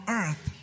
earth